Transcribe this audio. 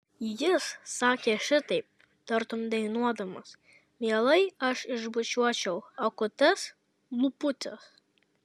jis sakė šitaip tartum dainuodamas mielai aš išbučiuočiau akutes lūputes